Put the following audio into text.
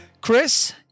Chris